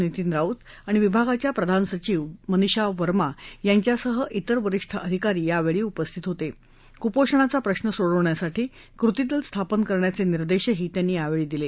नितीन राऊत आणि विभागाच्या प्रधान सचिव मनिषा वर्मा यांच्यासह तिर वरिष्ठ अधिकारी यावछी उपस्थित होता क्रुपोषणाचा प्रश्न सोडवण्यासाठी कृती दल स्थापन करण्याचे निर्देशही त्यांनी यावेळी दिले